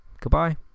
Goodbye